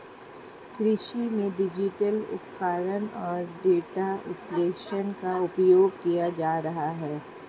कृषि में डिजिटल उपकरण और डेटा विश्लेषण का उपयोग किया जा रहा है